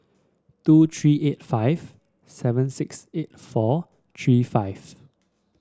two three eight five seven six eight four three five